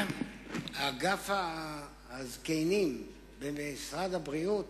אגף הזקנים במשרד הבריאות